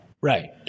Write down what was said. Right